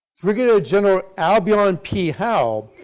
brigadier general albion p. howe,